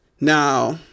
Now